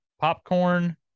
Popcorn